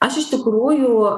aš iš tikrųjų